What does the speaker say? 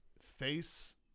face